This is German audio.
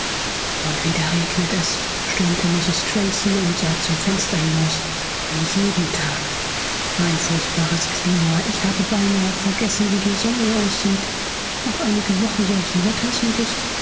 und wieder regnet es stöhnte mrs tracy und sah zum fenster hinaus wie jeden tag ein furchtbares klima ich habe beinahe vergessen wie die sonne aussieht noch einige wochen solchen wetters und ich